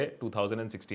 2016